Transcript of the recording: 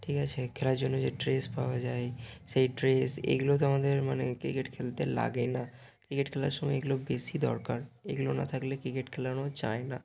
ঠিক আছে খেলার জন্য যে ড্রেস পাওয়া যায় সেই ড্রেস এগুলো তো আমাদের মানে ক্রিকেট খেলতে লাগে না ক্রিকেট খেলার সময় এগুলো বেশি দরকার এগুলো না থাকলে ক্রিকেট খেলানো যায় না